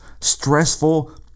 stressful